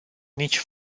nici